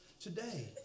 today